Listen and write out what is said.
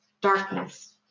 Darkness